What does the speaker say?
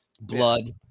blood